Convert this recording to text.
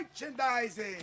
merchandising